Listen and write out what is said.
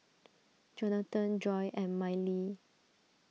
Johathan Joy and Mylie